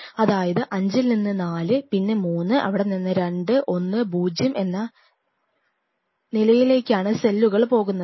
അതായത് അഞ്ചിൽ നിന്ന് 4 പിന്നെ 3 അവിടെ നിന്ന് 2 1 0 എന്ന നിലയിലേക്കാണ് സെല്ലുകൾ പോകുന്നത്